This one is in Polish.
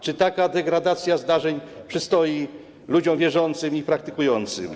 Czy taka degradacja zdarzeń przystoi ludziom wierzącym i praktykującym?